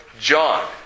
John